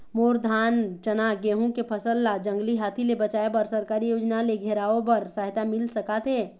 मोर धान चना गेहूं के फसल ला जंगली हाथी ले बचाए बर सरकारी योजना ले घेराओ बर सहायता मिल सका थे?